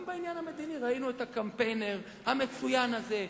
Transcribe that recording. גם בעניין המדיני ראינו את הקמפיינר המצוין הזה,